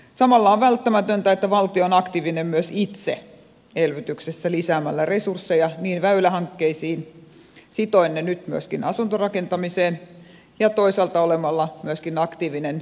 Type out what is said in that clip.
samalla on välttämätöntä että valtio on aktiivinen myös itse elvytyksessä lisäämällä resursseja väylähankkeisiin sitoen ne nyt myöskin asuntorakentamiseen ja toisaalta olemalla myöskin aktiivinen asuntorakentamisen muissakin keinoissa